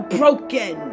broken